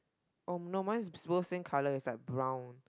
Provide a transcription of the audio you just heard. oh no mine is supposed same colour it's like brown